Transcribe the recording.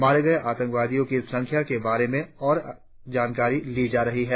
मारे गए आतंकवादियों की संख्या के बारे में और जानकारी ली जा रही है